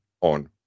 on